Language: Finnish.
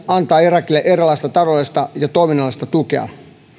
antaa irakille erilaista taloudellista ja toiminnallista tukea